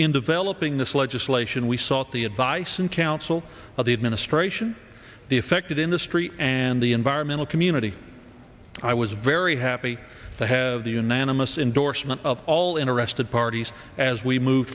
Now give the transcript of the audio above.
in developing this legislation we sought the advice and counsel of the administration the affected industry and the environmental community i was very happy to have the unanimous indorsement of all interested parties as we move